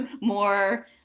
more